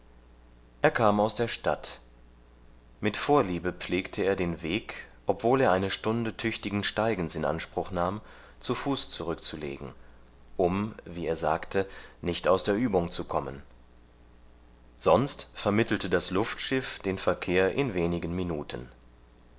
er kam aus der stadt mit vorliebe pflegte er den weg obwohl er eine stunde tüchtigen steigens in anspruch nahm zu fuß zurückzulegen um wie er sagte nicht aus der übung zu kommen sonst vermittelte das luftschiff den verkehr in wenigen minuten